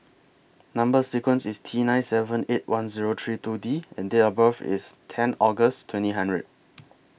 Number sequence IS T nine seven eight one Zero three two D and Date of birth IS ten August twenty hundred